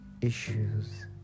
issues